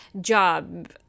job